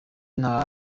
nta